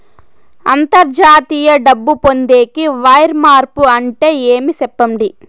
అంతర్జాతీయ డబ్బు పొందేకి, వైర్ మార్పు అంటే ఏమి? సెప్పండి?